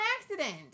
accident